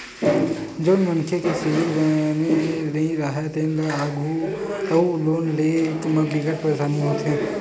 जउन मनखे के सिविल बने नइ राहय तेन ल आघु अउ लोन लेय म बिकट परसानी होथे